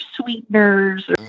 sweeteners